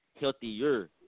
healthier